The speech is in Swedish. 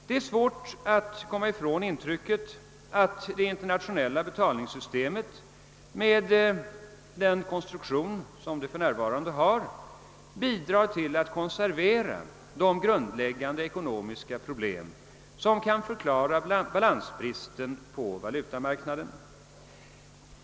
Det är svårt att komma ifrån intrycket att det internationella betalningssystemet med den konstruktion, som det för närvarande har, bidrar till att konservera de grundläggande ekonomiska problem som kan förklara balansbristen på valutamarknaden.